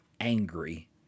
angry